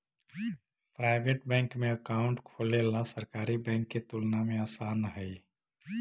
private bank में account खोलेला सरकारी बैंक के तुलना में आसान हइ